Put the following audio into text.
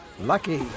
Lucky